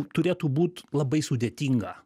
turėtų būt labai sudėtinga